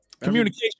communication